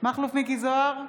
מכלוף מיקי זוהר,